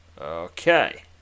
Okay